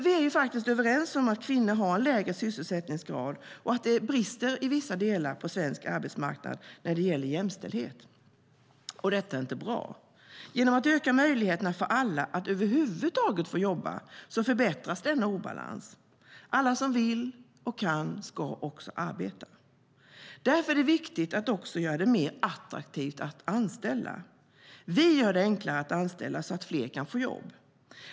Vi är faktiskt överens om att kvinnor har en lägre sysselsättningsgrad och att det brister i vissa delar på svensk arbetsmarknad när det gäller jämställdhet. Det är inte bra. Genom att öka möjligheterna för alla att över huvud taget få jobba förbättras denna obalans. Alla som vill och kan ska också arbeta. Därför är det viktigt att göra det mer attraktivt att anställa. Vi gör det enklare att anställa så att fler kan få jobb.